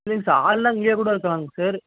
இல்லைங்க சார் ஆளெல்லாம் இங்கேயே கூட இருக்காங்க சார்